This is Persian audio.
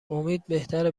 امید، بهتره